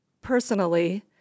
personally